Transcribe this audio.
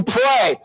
pray